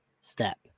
step